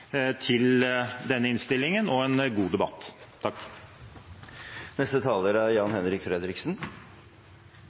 til denne innstillingen og en god debatt.